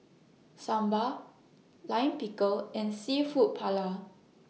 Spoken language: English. Sambar Lime Pickle and Seafood Paella